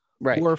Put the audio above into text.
right